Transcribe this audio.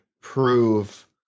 prove